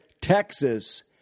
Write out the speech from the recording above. Texas